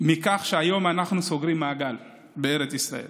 מכך שהיום אנחנו סוגרים מעגל בארץ ישראל